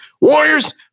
Warriors